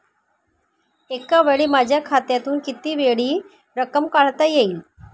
एकावेळी माझ्या खात्यातून कितीवेळा रक्कम काढता येईल?